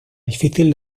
difícil